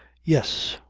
yes.